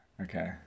Okay